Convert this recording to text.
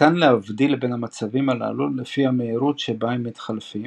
ניתן להבדיל בין המצבים הללו לפי המהירות שבה הם מתחלפים,